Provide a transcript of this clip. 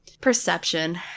perception